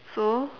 so